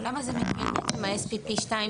ברור, אבל כל היתר נשאר אותו דבר.